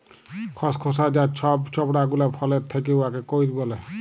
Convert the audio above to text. খসখসা যা ছব ছবড়া গুলা ফলের থ্যাকে উয়াকে কইর ব্যলে